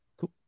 Cool